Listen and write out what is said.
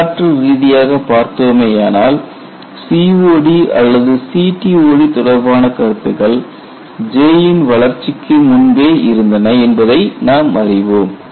வரலாற்று ரீதியாக பார்த்தோமேயானால் COD அல்லது CTOD தொடர்பான கருத்துக்கள் J ன் வளர்ச்சிக்கு முன்பே இருந்தன என்பதை நாம் அறிவோம்